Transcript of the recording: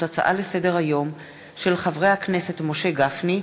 הצעות לסדר-היום של חברי הכנסת משה גפני,